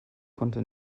konnte